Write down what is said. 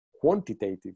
quantitative